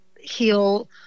heal